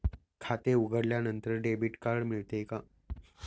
खाते उघडल्यानंतर debit card मिळते का?